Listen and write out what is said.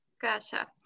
gotcha